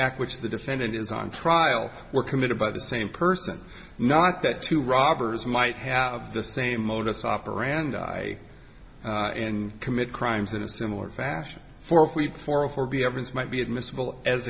act which the defendant is on trial were committed by the same person not that two robbers might have the same modus operandi and commit crimes in a similar fashion for if we four or be evidence might be admissible as